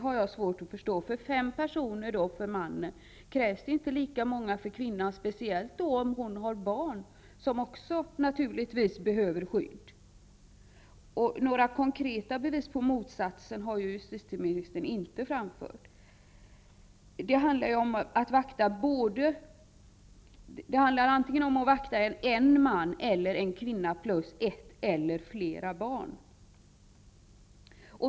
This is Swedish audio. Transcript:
Justitieministern säger att det behövs fem personer för att bevaka mannen, men krävs det inte lika många för att bevaka kvinnan, speciellt om hon har barn, som naturligtvis också behöver skydd? Några konkreta bevis på motsatsen har ju justitieministern inte framfört. Det handlar om att vakta antingen en man eller en kvinna plus ett eller flera barn.